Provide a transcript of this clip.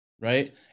right